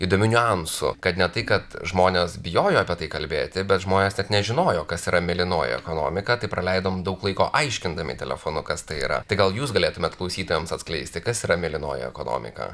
įdomiu niuansu kad ne tai kad žmonės bijojo apie tai kalbėti bet žmonės nežinojo kas yra mėlynoji ekonomika tai praleidom daug laiko aiškindami telefonu kas tai yra tai gal jūs galėtumėt klausytojams atskleisti kas yra mėlynoji ekonomika